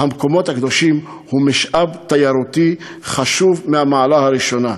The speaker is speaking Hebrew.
המקומות הקדושים הם משאב תיירותי חשוב מהמעלה הראשונה.